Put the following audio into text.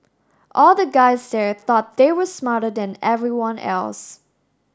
all the guys there thought they were smarter than everyone else